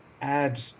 add